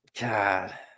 God